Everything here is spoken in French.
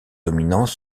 dominants